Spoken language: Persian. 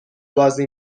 بازی